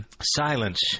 Silence